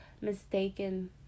mistaken